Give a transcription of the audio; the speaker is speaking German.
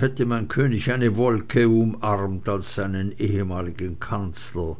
hätte mein könig eine wolke umarmt als seinen ehemaligen kanzler